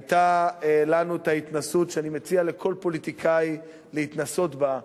היתה לנו ההתנסות שאני מציע לכל פוליטיקאי להתנסות בה,